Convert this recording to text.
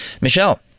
Michelle